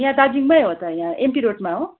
यहाँ दार्जिलिङमा हो त यहाँ एमपी रोडमा हो